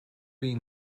been